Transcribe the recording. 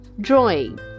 drawing